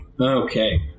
Okay